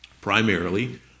Primarily